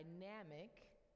dynamic